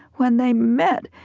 when they met,